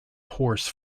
horse